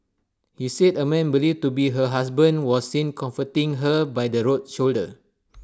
he said A man believed to be her husband was seen comforting her by the road shoulder